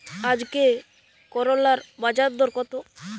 আজকে করলার বাজারদর কত?